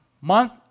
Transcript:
month